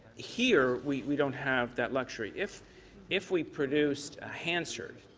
here we don't have that luxury. if if we produced a hansard